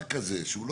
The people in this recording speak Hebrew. עוד תהיי צודקת.